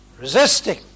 resisting